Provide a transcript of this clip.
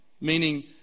Meaning